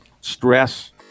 stress